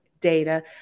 Data